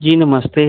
जी नमस्ते